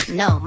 no